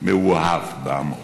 מאוהב בעמו.